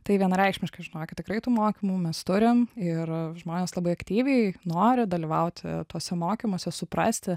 tai vienareikšmiškai žinokit tikrai tų mokymų mes turim ir žmonės labai aktyviai nori dalyvauti tuose mokymuose suprasti